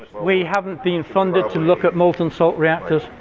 we haven't been funded to look at molten salt reactors.